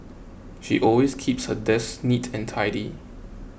she always keeps her desk neat and tidy